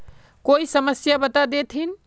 कोई समस्या बता देतहिन?